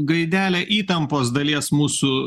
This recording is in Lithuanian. gaidelę įtampos dalies mūsų